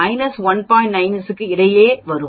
96 க்கு இடையில் இருக்கும்